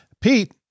Pete